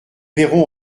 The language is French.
verrons